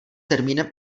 termínem